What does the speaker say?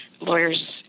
lawyers